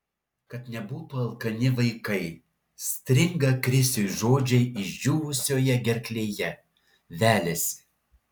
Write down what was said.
kad nebūtų alkani vaikai stringa krisiui žodžiai išdžiūvusioje gerklėje veliasi